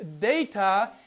data